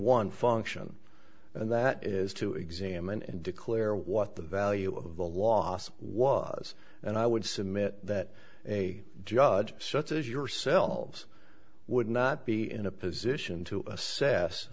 one function and that is to examine and declare what the value of the loss was and i would submit that a judge such as yourselves would not be in a position to assess